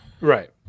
Right